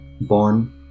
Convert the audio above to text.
born